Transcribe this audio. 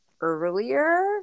earlier